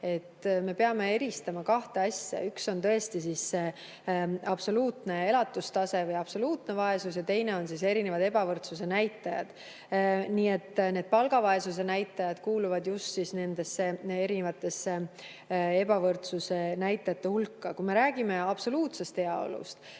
me peame eristama kahte asja. Üks on absoluutne elatustase või absoluutne vaesus ja teine on erinevad ebavõrdsuse näitajad. Need palgavaesuse näitajad kuuluvad just nende erinevate ebavõrdsuse näitajate hulka. Kui me räägime absoluutsest heaolust,